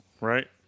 right